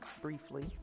briefly